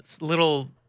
little